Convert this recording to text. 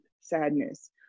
sadness